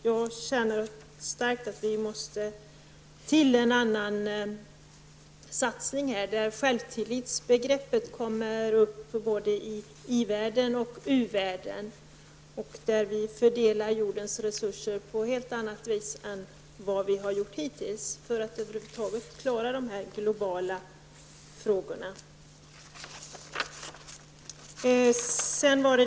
Jag känner att det måste bli en annan satsning, där självtillitsbegreppet finns med både i i-världen och i u-världen. Jordens resurser måste fördelas på ett helt annat sätt än hittills, om vi över huvud taget skall kunna klara de globala problemen.